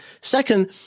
Second